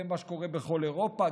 זה מה שקורה בכל אירופה.